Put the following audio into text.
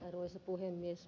arvoisa puhemies